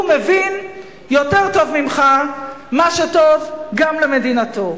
הוא מבין יותר טוב ממך מה שטוב גם למדינתו.